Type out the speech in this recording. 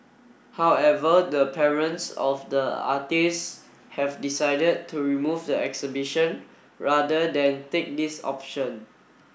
however the parents of the artists have decided to remove the exhibition rather than take this option